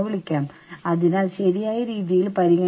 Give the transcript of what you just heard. എല്ലാം ന്യായമായ കളിയാണ്